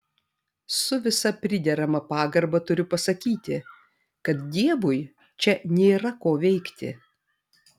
su visa priderama pagarba turiu pasakyti kad dievui čia nėra ko veikti